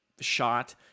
shot